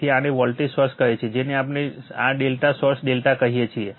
તેથી આને voltage source કહે છે જેને આપણે આ ∆ સોર્સ ∆ કહીએ છીએ